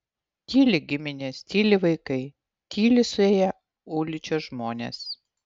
tyli giminės tyli vaikai tyli suėję ulyčios žmonės